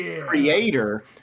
creator